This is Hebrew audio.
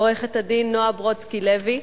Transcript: עורכת-הדין נועה ברודסקי לוי,